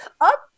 Up